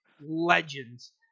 legends